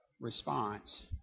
response